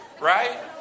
right